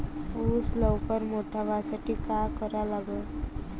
ऊस लवकर मोठा व्हासाठी का करा लागन?